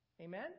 Amen